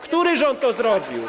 Który rząd to zrobił?